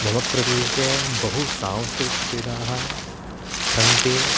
मम प्रदेशे बह्व्यः सांस्कृतिकक्रीडाः सन्ति